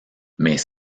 mais